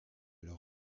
leur